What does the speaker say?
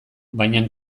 baina